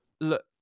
look